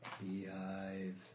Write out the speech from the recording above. Beehive